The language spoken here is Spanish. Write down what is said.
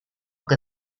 que